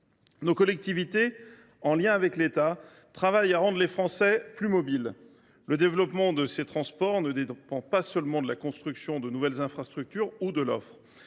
Nos collectivités, en lien avec l’État, travaillent à rendre les Français plus mobiles. Le développement de ces transports ne dépend pas seulement de la construction de nouvelles infrastructures ou de l’offre.